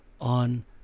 on